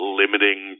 limiting